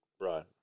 right